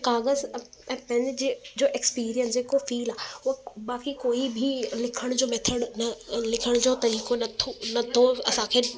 काग़ज़ु ऐं पेन जे जो एक्सपीरिएंस जेको फील आहे उहा बाक़ी कोई बि लिखण जो मेथड न लिखण जो तरीक़ो नथो नथो असांखे